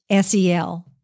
SEL